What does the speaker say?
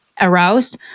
aroused